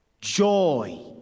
joy